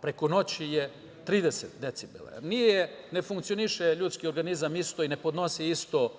preko noći je 30 decibela. Jer, ne funkcioniše ljudski organizam isto i ne podnosi isto